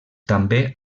també